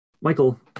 Michael